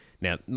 Now